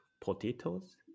potatoes